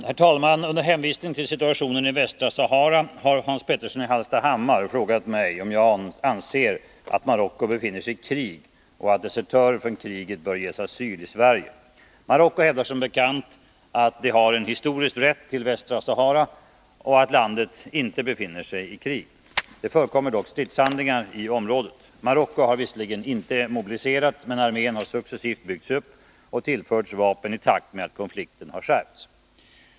Herr talman! Under hänvisning till situationen i Västra Sahara har Hans Petersson i Hallstahammar frågat mig om jag anser att Marocko befinner sig i krig och att desertörer från kriget bör ges asyl i Sverige. Marocko hävdar som bekant att det har en historisk rätt till Västra Sahara och att landet inte befinner sig i krig. Det förekommer dock stridshandlingar i området. Marocko har visserligen inte mobiliserat, men armén har successivt byggts upp och tillförts vapen i takt med att konflikten har skärpts.